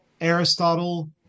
Aristotle